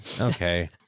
Okay